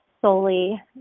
solely